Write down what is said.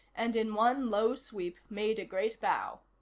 and in one low sweep made a great bow.